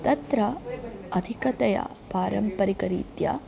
तत्र अधिकतया पारम्परिकरीत्या